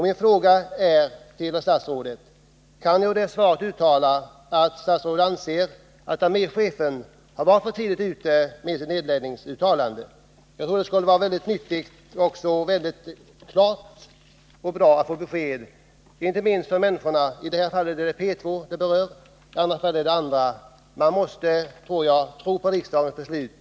Min fråga till statsrådet är: Kan jag av det svaret utläsa att statsrådet anser att arméchefen varit för tidigt ute med sitt uttalande om nedläggning? Jag tror det skulle vara till nytta för människorna, i första hand de anställda vid P 2, att få ett klart besked. Man måste kunna tro säkrare på riksdagens beslut.